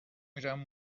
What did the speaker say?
میرم